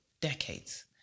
decades